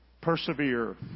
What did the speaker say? Persevere